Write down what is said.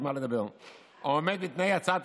, הדבר שבלט מאוד ושמתי אליו לב זאת העובדה הזאת.